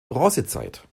bronzezeit